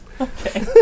Okay